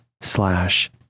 slash